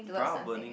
Bra Burning